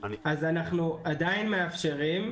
אנחנו עדיין מאפשרים,